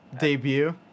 debut